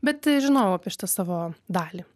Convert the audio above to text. bet žinojau apie šitą savo dalį